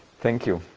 thank you.